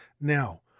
now